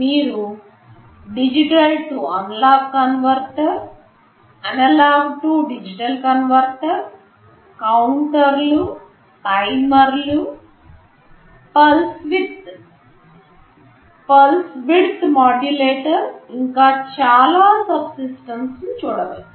మీరు digital to analog converter analog to digital converter counter లు timer లు pulse width modulator ఇంకా చాలా సబ్ సిస్టమ్స్ చూడవచ్చు